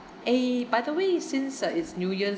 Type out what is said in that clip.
eh by the way since uh it's new year's